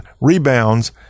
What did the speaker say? rebounds